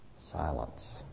silence